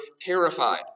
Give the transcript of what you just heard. terrified